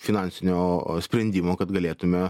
finansinio sprendimo kad galėtume